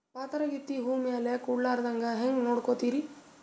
ಪಾತರಗಿತ್ತಿ ಹೂ ಮ್ಯಾಲ ಕೂಡಲಾರ್ದಂಗ ಹೇಂಗ ನೋಡಕೋತಿರಿ?